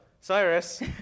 Cyrus